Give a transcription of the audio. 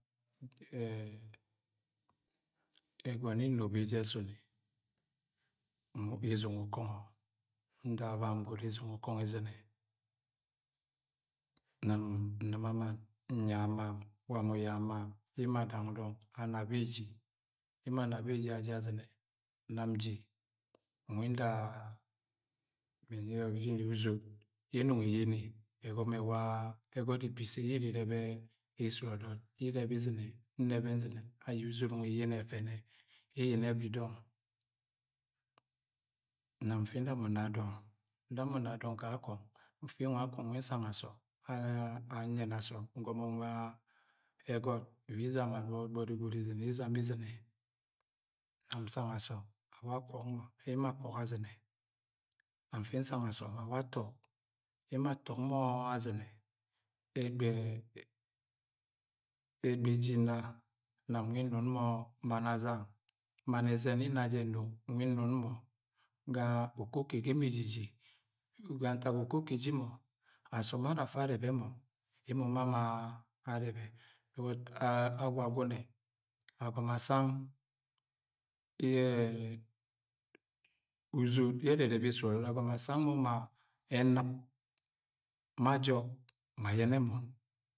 ẹgọnọ inobo eje ẹsuni nọrọ gwud ukongo, niak bam gwud nsinge ukongo izine, nnima mann nyai ama, gwam elyai ama e̱. Emo adang dọng ana beji. Emo aan beji azine, nam nji nwi nda uzot ye ẹnọng eyeni ẹgọmọ ewa egọt ipise yẹ iri irẹbẹ esud ọ dọt. Irẹbẹ izinẹ, nrẹ bẹ nzine ayẹ uzot nwẹ wyeni ẹ fẹnẹ, eyẹ ni ẹbi dọng, nam nfi nda mọ nno a dọng. Nda mo nno ga dọng ka kọng. Nfi nwa akọng nwi nsang asom, nyẹne asọm ngọmo nwa ẹgọt, iwa izama gbọgbọri gwud, izama izine, nam nsang asọm emo awa a kwok mọ. Emo akwọk azine. Nti nsang asọm awa atọk mọ. Emo atọk mo azine, egba eje inna, nam nwe nnut mọ mann azang, mann ezẹn yẹ nna jẹ nno, nwi nnut mọ gaokoko ẹgẹ mọ ejiji, ga ntak okoko eji mo, esom oma efa arẹbẹ mo emo mama are̱be̱ agwagune, agọmọ asang uzot yẹ ẹrẹ ẹrẹ bẹ esud ọdọt, agọmọ asang mọ enib ma jọp ma ayẹnẹ